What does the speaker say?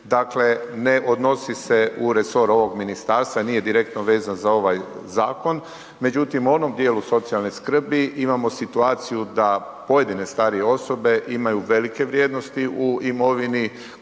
Dakle, ne odnosi se u resor ovog ministarstva i nije direktno vezan za ovaj zakon, međutim u onom dijelu socijalne skrbi imamo situaciju da pojedine starije osobe imaju velike vrijednosti u imovini,